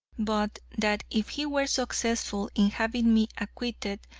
but that if he were successful in having me acquitted,